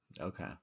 Okay